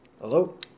Hello